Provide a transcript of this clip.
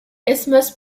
isthmus